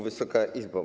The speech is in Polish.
Wysoka Izbo!